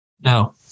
no